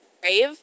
Brave